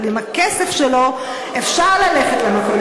אבל עם הכסף שלו אפשר ללכת למכולת.